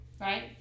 right